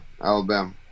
Alabama